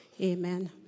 Amen